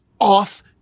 Off